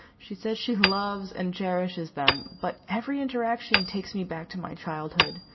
she says she loves and cherishes them. but every interaction takes me back to my childhood,